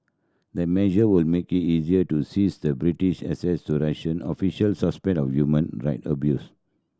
the measure would make it easier to seize the British assets to Russian officials suspected of human right abuse